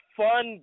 fun